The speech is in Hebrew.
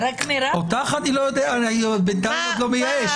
אותך אני בינתיים לא מייאש,